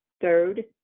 third